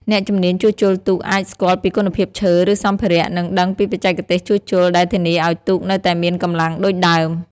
អ្នកជំនាញជួសជុលទូកអាចស្គាល់ពីគុណភាពឈើ ឬសម្ភារៈ និងដឹងពីបច្ចេកទេសជួសជុលដែលធានាឲ្យទូកនៅតែមានកម្លាំងដូចដើម។